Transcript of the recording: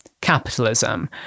capitalism